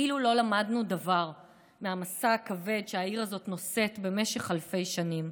כאילו לא למדנו דבר מהמשא הכבד שהעיר הזאת נושאת במשך אלפי שנים.